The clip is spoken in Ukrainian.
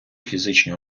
фізичні